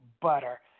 butter